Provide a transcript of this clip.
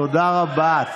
תודה רבה.